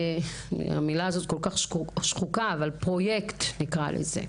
המילה כל כך שחוקה אבל פרויקט נקרא לזה,